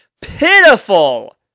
pitiful